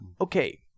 Okay